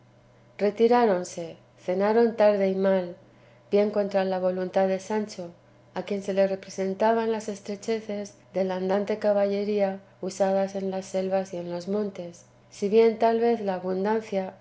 mañana retiráronse cenaron tarde y mal bien contra la voluntad de sancho a quien se le representaban las estrechezas de la andante caballería usadas en las selvas y en los montes si bien tal vez la abundancia